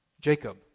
Jacob